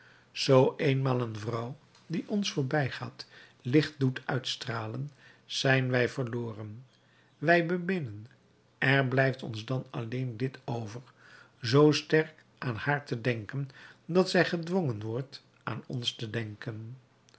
zoo eenmaal een vrouw die ons voorbijgaat licht doet uitstralen zijn wij verloren wij beminnen er blijft ons dan alleen dit over zoo sterk aan haar te denken dat zij gedwongen wordt aan ons te denken